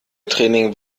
training